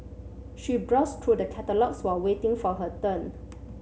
she browsed through the catalogues while waiting for her turn